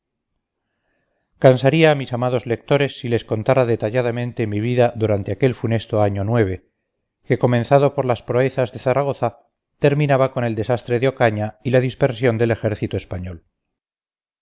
a mis amados lectores si les contara detalladamente mi vida durante aquel funesto año que comenzado con las proezas de zaragoza terminaba con el desastre de ocaña y la dispersión del ejército español